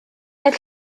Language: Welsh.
aeth